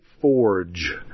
forge